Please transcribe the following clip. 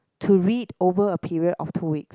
to read over a period of two weeks